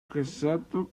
casado